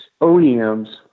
OEMs